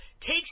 takes